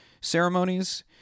ceremonies